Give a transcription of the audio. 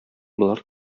болар